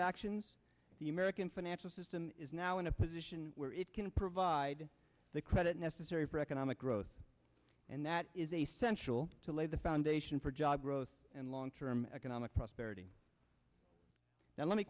actions the american financial system is now in a position where it can provide the credit necessary for economic growth and that is a sensual to lay the foundation for job growth and long term economic prosperity now let me